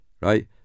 right